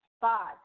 five